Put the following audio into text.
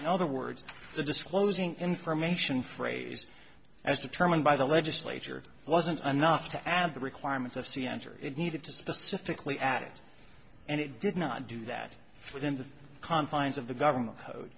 in other words the disclosing information phrase as determined by the legislature wasn't enough to add the requirements of c enter it needed to specifically at it and it did not do that within the confines of the government code